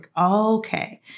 Okay